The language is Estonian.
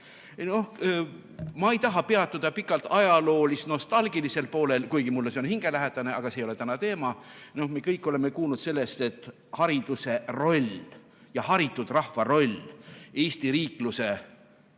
Ma ei taha peatuda pikalt ajaloolis-nostalgilisel poolel, kuigi mulle see on hingelähedane, aga see ei ole täna teema. Me kõik oleme kuulnud sellest, et hariduse roll ja haritud rahva roll Eesti riikluse